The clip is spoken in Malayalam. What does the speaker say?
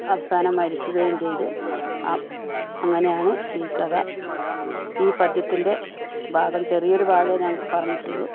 അവസാനം മരിക്കുകയും ചെയ്തു ആ അങ്ങനെയാണ് ഈ കഥ ഈ പദ്യത്തിൻറെ ഭാഗം ചെറിയൊരു ഭാഗം ഞാൻ പറഞ്ഞിട്ടുള്ളു